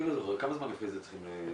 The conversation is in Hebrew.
אני לא זוכר, כמה זמן לפני זה צריכים להתריע?